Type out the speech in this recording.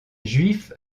juifs